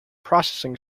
processing